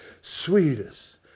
sweetest